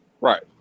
Right